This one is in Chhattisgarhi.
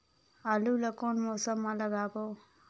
आलू ला कोन मौसम मा लगाबो?